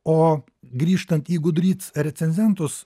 o grįžtant į gudryc recenzentus